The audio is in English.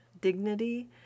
dignity